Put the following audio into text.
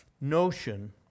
notion